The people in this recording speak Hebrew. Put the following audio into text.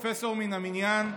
פרופסור מן המניין,